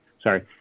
Sorry